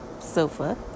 sofa